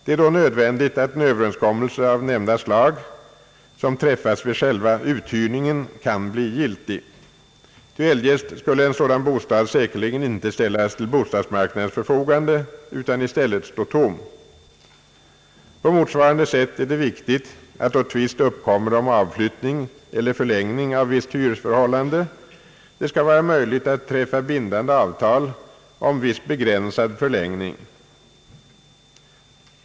Det är då nödvändigt att en överenskommelse av nämnda slag, som träffas i själva uthyrningen, kan bli giltig, ty eljest skulle en sådan bostad säkerligen inte ställas till bostadsmarknadens förfogande utan få stå tom. På motsvarande sätt är det viktigt att det, då tvist uppkommer om avflyttning eller förlängning av visst hyresförhållande, skall vara möjligt att träffa bindande avtal om en viss begränsad förlängning.